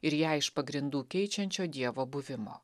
ir ją iš pagrindų keičiančio dievo buvimo